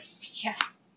Yes